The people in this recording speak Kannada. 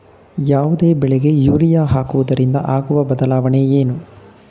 ಯಾವುದೇ ಬೆಳೆಗೆ ಯೂರಿಯಾ ಹಾಕುವುದರಿಂದ ಆಗುವ ಬದಲಾವಣೆ ಏನು?